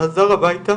שחזר הביתה